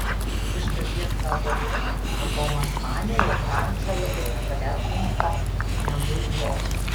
iš dalies gal todėl kad tomas manė jog ranča labiau frenko negu jo